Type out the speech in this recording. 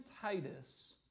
Titus